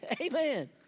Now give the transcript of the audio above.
Amen